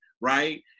right